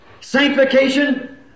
sanctification